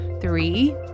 Three